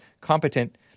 competent